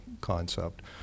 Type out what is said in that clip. concept